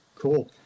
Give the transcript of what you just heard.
Cool